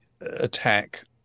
attack